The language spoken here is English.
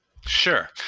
sure